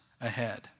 ahead